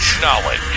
Knowledge